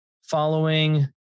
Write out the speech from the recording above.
following